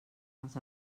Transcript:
els